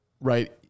Right